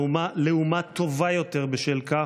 לאומה טובה יותר בשל כך,